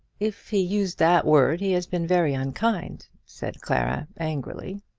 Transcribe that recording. if he used that word he has been very unkind, said clara, angrily.